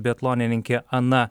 biatlonininkė ana